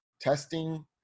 testing